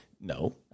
no